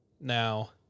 Now